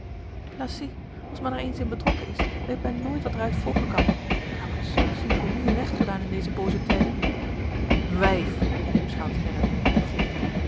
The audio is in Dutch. als men er eens in betrokken is weet men nooit wat er uit volgen kan daar wordt zulk singulier recht gedaan in deze booze tijden wijf riep schout gerrit opvliegend